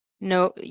no